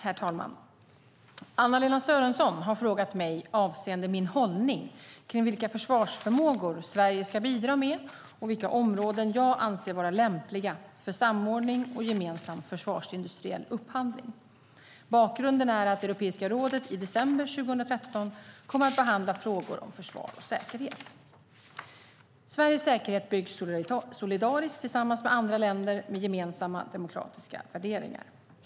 Herr talman! Anna-Lena Sörenson har frågat mig avseende min hållning kring vilka försvarsförmågor Sverige ska bidra med och vilka områden jag anser vara lämpliga för samordning och gemensam försvarsindustriell upphandling. Bakgrunden är att Europeiska rådet i december 2013 kommer att behandla frågor om försvar och säkerhet. Sveriges säkerhet byggs solidariskt tillsammans med andra länder med gemensamma demokratiska värderingar.